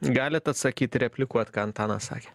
galit atsakyt replikuot ką antanas sakė